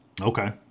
Okay